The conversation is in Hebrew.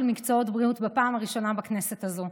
מקצועות בריאות בפעם הראשונה בכנסת הזו,